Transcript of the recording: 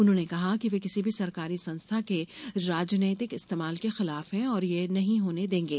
उन्होंने कहा कि वे किसी भी सरकारी संस्था के राजनीतिक इस्तेमाल के खिलाफ है और यह नहीं होने देंगे